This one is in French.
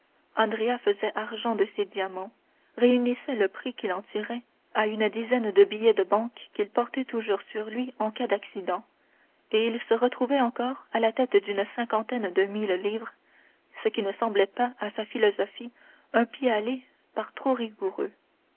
faisait argent de ses diamants réunissait le prix qu'il en tirait à une dizaine de billets de banque qu'il portait toujours sur lui en cas d'accident et il se retrouvait encore à la tête d'une cinquantaine de mille livres ce qui ne semblait pas à sa philosophie un pis-aller par trop rigoureux